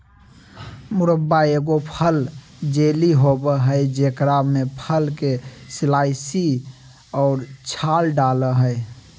मुरब्बा एगो फल जेली होबय हइ जेकरा में फल के स्लाइस और छाल डालय हइ